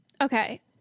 okay